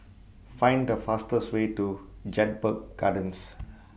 Find The fastest Way to Jedburgh Gardens